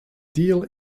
deal